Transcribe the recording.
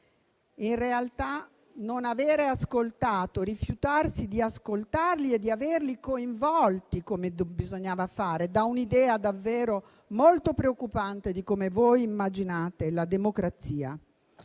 In realtà, non averli ascoltati e rifiutarsi di ascoltarli e di coinvolgerli come bisognava fare dà un'idea davvero molto preoccupante di come voi immaginate la democrazia.